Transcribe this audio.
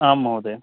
आम् महोदय